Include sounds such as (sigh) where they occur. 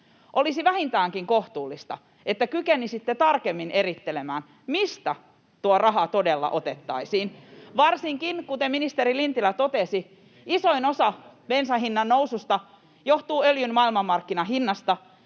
olisi vähintäänkin kohtuullista, että kykenisitte tarkemmin erittelemään, mistä tuo raha todella otettaisiin, (noise) varsinkin kun, kuten ministeri Lintilä totesi, isoin osa bensan hinnannoususta johtuu öljyn maailmanmarkkinahinnasta.